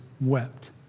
wept